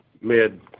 mid